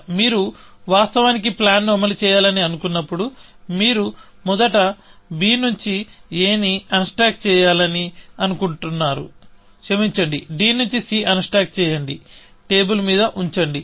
మీరు వాస్తవానికి ప్లాన్ అమలు చేయాలని అనుకున్నప్పుడు మీరు మొదట b నుంచి a నీ అన్స్టాక్ చేయాలని అనుకుంటున్నారు క్షమించండి d నుంచి c అన్ స్టాక్ చేయండి టేబుల్ మీద ఉంచండి